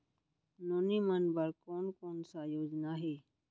नोनी मन बर कोन कोन स योजना हे?